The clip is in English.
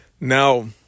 Now